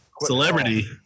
Celebrity